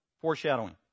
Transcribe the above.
Foreshadowing